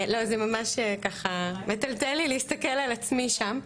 זה ממש ככה מטלטל לי להסתכל על עצמי שם.